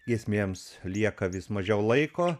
giesmėms lieka vis mažiau laiko